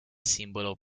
simbolo